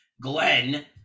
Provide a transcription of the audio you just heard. glenn